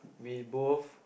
we both